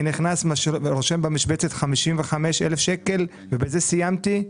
אני נכנס, רושם במשבצת 55,000 שקל ובזה סיימתי?